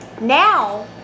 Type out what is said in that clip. Now